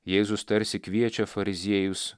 jėzus tarsi kviečia fariziejus